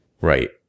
right